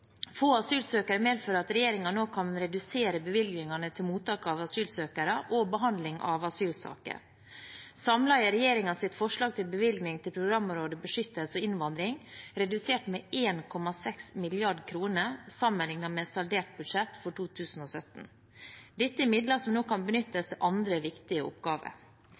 Få asylsøkere medfører at regjeringen nå kan redusere bevilgningene til mottak av asylsøkere og behandling av asylsaker. Samlet er regjeringens forslag til bevilgning til programområdet «Beskyttelse og innvandring» redusert med 1,6 mrd. kr, sammenlignet med saldert budsjett for 2017. Dette er midler som nå kan benyttes til andre viktige oppgaver.